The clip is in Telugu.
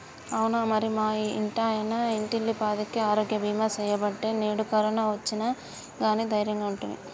అవునా మరి మా ఇంటాయన ఇంటిల్లిపాదికి ఆరోగ్య బీమా సేయబట్టి నేడు కరోనా ఒచ్చిన గానీ దైర్యంగా ఉంటిమి